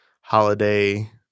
Holiday